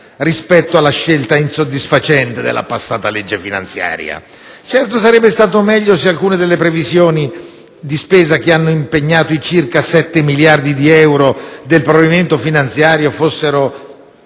rispetto alle scelte insoddisfacenti della passata legge finanziaria. Certo, sarebbe stato meglio se alcune delle previsioni di spesa che hanno impegnato i circa 7 miliardi di euro del provvedimento finanziario fossero